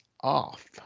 off